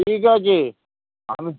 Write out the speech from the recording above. ঠিক আছে আমি